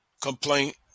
complaint